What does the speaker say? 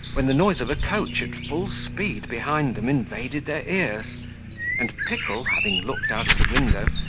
when the noise of a coach at full speed behind them invaded their ears and pickle, having looked out of the window,